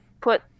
put